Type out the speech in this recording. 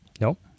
Nope